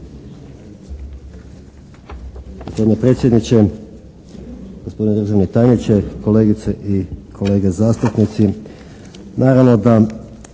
Hvala vam